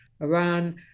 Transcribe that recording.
Iran